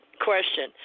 question